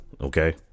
Okay